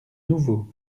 nouveaux